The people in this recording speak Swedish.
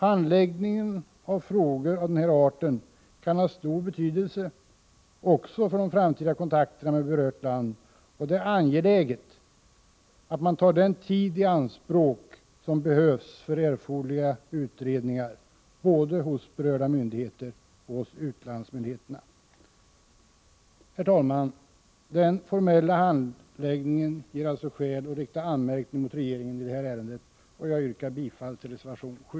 Handläggningen av frågor av den här arten kan ha stor betydelse också för de framtida kontakterna med berört land, och det är angeläget att ta den tid i anspråk som behövs för erforderliga utredningar både hos berörda myndigheter inom landet och hos utlandsmyndigheterna. Herr talman! Den formella handläggningen ger alltså skäl att rikta anmärkning mot regeringen i detta ärende, och jag yrkar bifall till reservation 7.